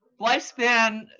Lifespan